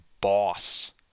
boss